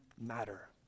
matter